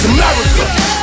America